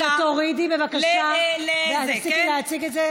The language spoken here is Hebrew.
זה מה שעושה אדם שאחראי לספורט.